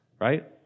right